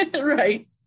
Right